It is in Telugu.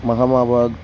మహామాబాద్